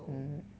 mm